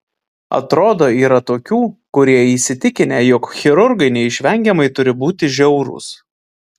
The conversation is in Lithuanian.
atrodo yra tokių kurie įsitikinę jog chirurgai neišvengiamai turi būti žiaurūs